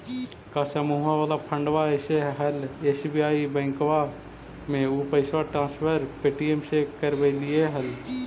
का समुहवा वाला फंडवा ऐले हल एस.बी.आई बैंकवा मे ऊ पैसवा ट्रांसफर पे.टी.एम से करवैलीऐ हल?